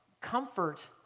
comfort